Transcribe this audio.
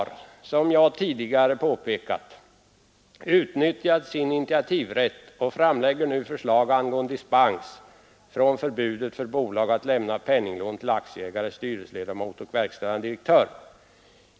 Som jag tidigare påpekat har utskottet utnyttjat sin initiativrätt och framlägger nu förslag angående dispens från förbudet för bolag att lämna penninglån till aktieägare, styrelseledamot och verkställande direktör.